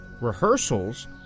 rehearsals